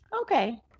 Okay